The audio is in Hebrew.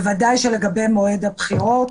בוודאי לגבי מועד הבחירות,